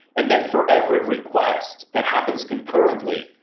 and then for every request that happens concurrently,